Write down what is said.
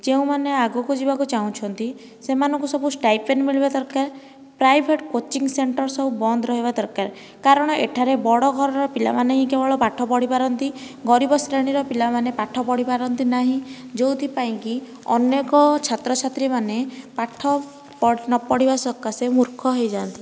ଯେଉଁମାନେ ଆଗକୁ ଯିବାକୁ ଚାହୁଁଛନ୍ତି ସେମାନଙ୍କୁ ସବୁ ଷ୍ଟାଇପେଣ୍ଡ୍ ମିଳିବା ଦରକାର ପ୍ରାଇଭେଟ୍ କୋଚିଂ ସେଣ୍ଟର୍ ସବୁ ବନ୍ଦ ରହିବା ଦରକାର କାରଣ ଏଠାରେ ବଡ଼ ଘରର ପିଲାମାନେ ହିଁ କେବଳ ପାଠ ପଢ଼ି ପାରନ୍ତି ଗରିବ ଶ୍ରେଣୀର ପିଲାମାନେ ପାଠ ପଢ଼ି ପାରନ୍ତି ନାହିଁ ଯେଉଁଥିପାଇଁ କି ଅନେକ ଛାତ୍ର ଛାତ୍ରୀମାନେ ପାଠ ନ ପଢ଼ିବା ସକାଶେ ମୂର୍ଖ ହୋଇଯାନ୍ତି